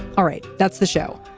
all right. that's the show.